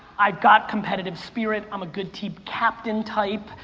i've got competitive spirit, i'm a good team captain type,